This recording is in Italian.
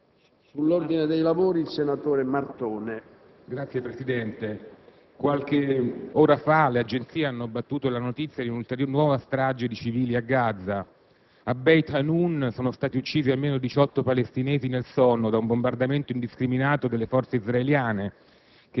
qualche ora fa le agenzie hanno battuto la notizia di una nuova strage di civili a Gaza. A Beit Hanun sono stati uccisi nel sonno almeno diciotto palestinesi da un bombardamento indiscriminato delle forze israeliane,